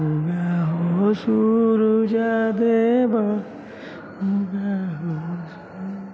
उगऽ हो सुरुज देव उगऽ हो सुरुज